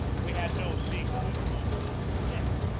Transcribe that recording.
we had no sea-going com merce to protect.